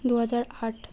দুহাজার আট